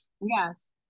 Yes